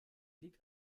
liegt